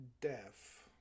deaf